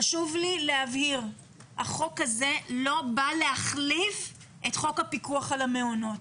חשוב לי להבהיר שהחוק הזה לא בא להחליף את חוק הפיקוח על המעונות.